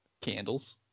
Candles